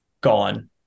gone